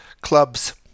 clubs